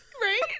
Right